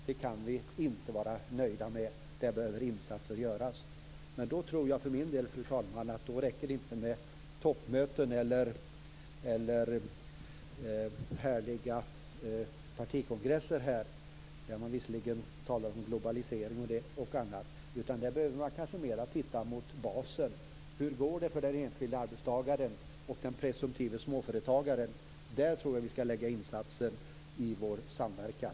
Det kan vi inte vara nöjda med. Här behöver insatser göras. Fru talman! För min del tror jag inte att det räcker med toppmöten eller härliga partikongresser, där man visserligen talar om globalisering och annat. Man behöver kanske i stället mer titta mot basen och fråga sig hur det går för den enskilde arbetstagaren och den presumtive småföretagaren. Där tror jag att vi skall göra insatser i vår samverkan.